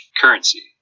currency